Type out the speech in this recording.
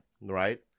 Right